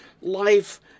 life